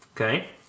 Okay